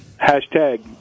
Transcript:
Hashtag